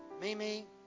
Mimi